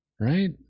right